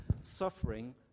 suffering